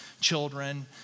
children